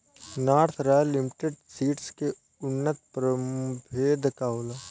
North royal limited seeds के उन्नत प्रभेद का होला?